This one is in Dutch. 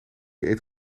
eet